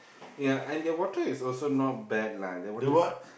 ya and the water is also not bad lah the water is